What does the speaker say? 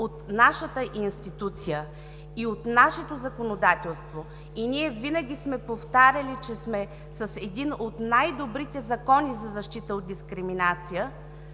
от нашата институция и от нашето законодателство. Винаги сме повтаряли, че сме с един от най добрите закони за защита от дискриминация,